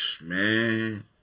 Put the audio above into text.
Man